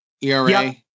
ERA